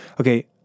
okay